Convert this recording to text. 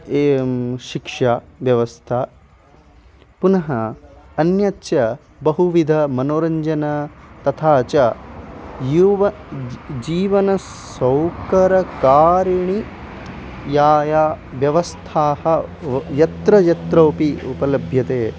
ये शिक्षाव्यवस्था पुनः अन्यच्च बहुविधमनोरञ्जनं तथा च यूव ज् जीवनसौकर्यकारिणी याः याः व्यवस्थाः वा यत्र यत्रापि उपलभ्यते